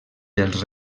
dels